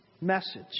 message